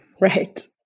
Right